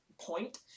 point